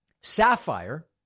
Sapphire